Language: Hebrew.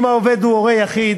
אם העובד הוא הורה יחיד,